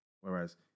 Whereas